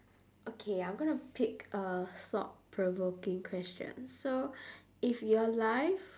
okay I'm gonna pick a thought provoking question so if your life